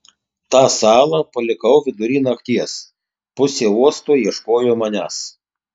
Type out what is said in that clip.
tą salą palikau vidury nakties pusė uosto ieškojo manęs